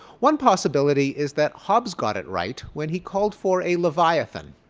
one possibility is that hobbes got it right when he called for a leviathan,